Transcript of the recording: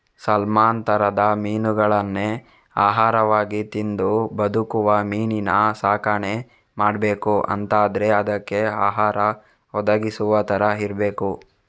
salmon ತರದ ಮೀನುಗಳನ್ನೇ ಆಹಾರವಾಗಿ ತಿಂದು ಬದುಕುವ ಮೀನಿನ ಸಾಕಣೆ ಮಾಡ್ಬೇಕು ಅಂತಾದ್ರೆ ಅದ್ಕೆ ಆಹಾರ ಒದಗಿಸುವ ತರ ಇರ್ಬೇಕು